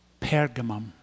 Pergamum